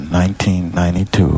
1992